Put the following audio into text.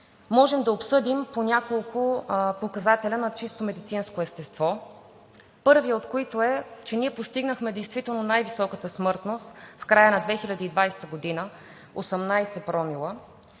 можем да обсъдим няколко показателя от чисто медицинско естество. Първият е, че ние постигнахме действително най високата смъртност в края на 2020 г. – 18 промила,